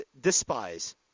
despise